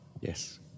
Yes